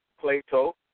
Plato